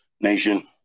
Nation